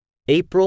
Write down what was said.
April